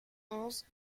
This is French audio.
onze